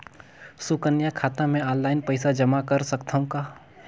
सुकन्या खाता मे ऑनलाइन पईसा जमा कर सकथव का?